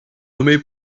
nommée